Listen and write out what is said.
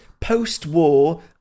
post-war